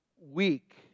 weak